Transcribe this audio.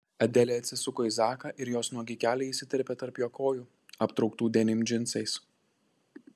adelė atsisuko į zaką ir jos nuogi keliai įsiterpė tarp jo kojų aptrauktų denim džinsais